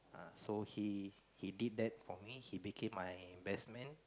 ah so he he did that for me he became my best man